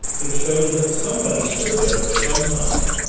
it shows that somebody stood there for some time,